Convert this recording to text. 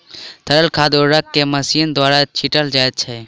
तरल खाद उर्वरक के मशीन द्वारा छीटल जाइत छै